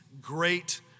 great